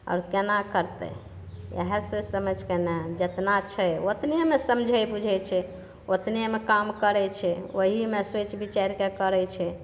आओर केना करतै इहए सोचि समझिके ने जेतना छै ओतनेमे समझै बुझैत छै ओतनेमे काम करैत छै ओहिमे सोचि बिचारि कऽ करैत छै